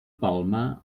palmar